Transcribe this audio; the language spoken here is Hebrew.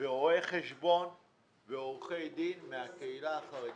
ורואה חשבון ועורכי דין מהקהילה החרדית,